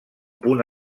punt